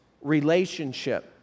relationship